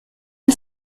the